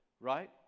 right